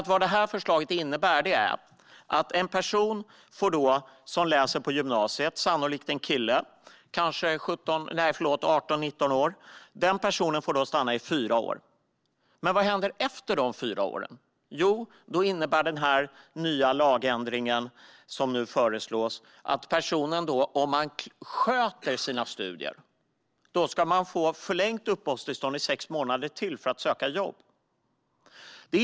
Vad detta förslag innebär är nämligen att en person som läser på gymnasiet - sannolikt en kille, kanske 18-19 år gammal - får stanna i fyra år. Men vad händer efter dessa fyra år? Jo, då innebär den lagändring som nu föreslås att personen, om den sköter sina studier, ska få förlängt uppehållstillstånd i sex månader för att söka jobb.